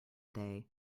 day